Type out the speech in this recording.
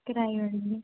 कराई ओड़नी